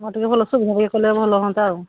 ମୋର ଟିକେ ଭଲ ଇଏ କଲେ ଭଲ ହୁଅନ୍ତା ଆଉ